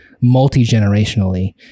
multi-generationally